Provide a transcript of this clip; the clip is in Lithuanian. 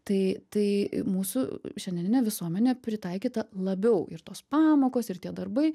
tai tai mūsų šiandieninė visuomenė pritaikyta labiau ir tos pamokos ir tie darbai